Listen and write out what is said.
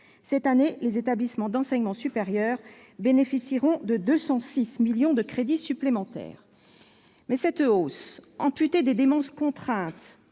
Cette année, les établissements d'enseignement supérieur bénéficieront de 206 millions d'euros de crédits supplémentaires. Or cette hausse, amputée des dépenses contraintes-